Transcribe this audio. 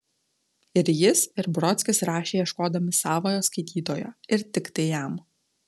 ir jis ir brodskis rašė ieškodami savojo skaitytojo ir tiktai jam